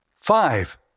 Five